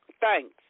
thanks